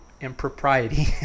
impropriety